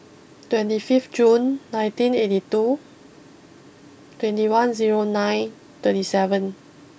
twenty fifth June nineteen eighty two twenty one zero nine thirty seven